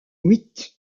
witt